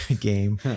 game